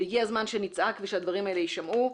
והגיע הזמן שנצעק ושהדברים האלה ישמעו.